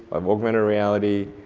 um augmented reality.